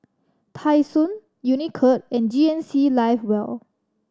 Tai Sun Unicurd and G N C Live well